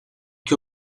que